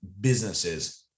businesses